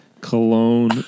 cologne